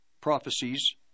prophecies